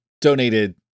donated